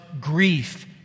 grief